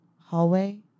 hallway